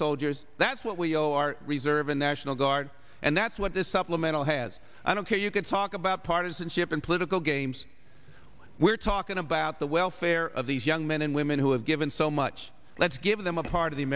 soldiers that's what we owe our reserve and national guard and that's what this supplemental has i don't care you could talk about partisanship in political games we're talking about the welfare of these young men and women who have given so much let's give them a part of the